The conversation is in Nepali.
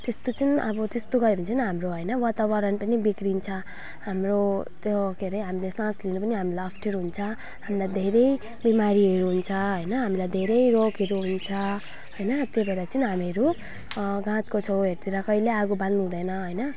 त्यस्तो चाहिँ अब त्यस्तो गर्यौँ भने चाहिँ हाम्रो होइन वातावरण पनि बिग्रिन्छ हाम्रो त्यो के अरे हामीले सास लिन पनि हामीलाई अप्ठेरो हुन्छ अन्त धेरै बिमारीहरू हुन्छ होइन हामीलाई धेरै रोगहरू हुन्छ होइन त्यही भएर चाहिँ हामीहरू गाछको छेउहरूतिर कहिले आगो बाल्नुहुँदैन होइन